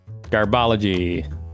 Garbology